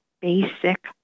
basic